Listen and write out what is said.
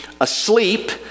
asleep